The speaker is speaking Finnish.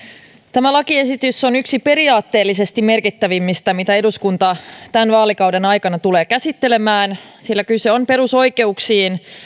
tämä lakiesitys on yksi periaatteellisesti merkittävimmistä mitä eduskunta tämän vaalikauden aikana tulee käsittelemään sillä kyse on perusoikeuksiin